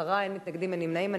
10, אין מתנגדים, אין נמנעים.